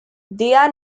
their